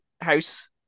house